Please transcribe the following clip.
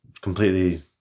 completely